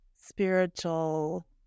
spiritual